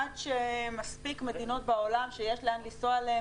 עד שמספיק מדינות בעולם שיש לאן לנסוע אליהן,